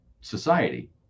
society